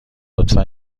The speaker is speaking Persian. لطفا